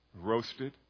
roasted